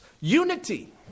unity